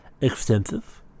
extensive